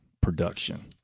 production